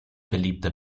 beliebte